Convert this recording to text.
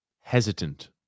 hesitant